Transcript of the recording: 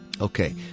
Okay